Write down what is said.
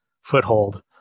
foothold